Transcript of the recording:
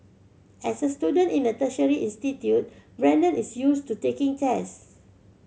as a student in a tertiary institute Brandon is used to taking tests